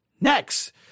Next